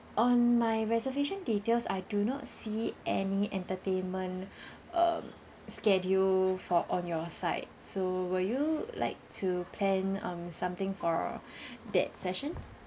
on my reservation details I do not see any entertainment um schedule for on your side so will you like to plan um something for that session